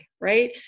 right